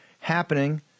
happening